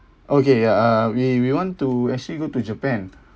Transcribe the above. okay ya uh we we want to actually go to japan